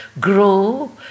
grow